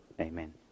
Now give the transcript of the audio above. Amen